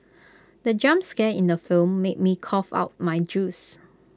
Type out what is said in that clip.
the jump scare in the film made me cough out my juice